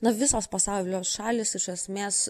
na visos pasaulio šalys iš esmės